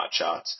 hotshots